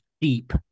deep